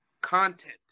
content